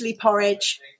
porridge